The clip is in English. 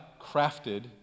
crafted